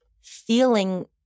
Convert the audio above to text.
feeling